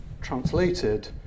translated